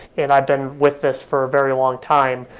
and i've done with us for a very long time,